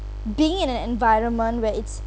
being in an environment where it's